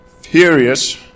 furious